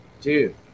Dude